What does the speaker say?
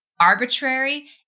arbitrary